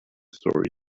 story